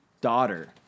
daughter